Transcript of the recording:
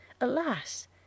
Alas